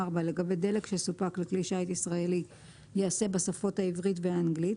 לגבי דלק שסופק לכלי שיט ישראלי ייעשה בשפות העברית והאנגלית,